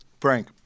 Frank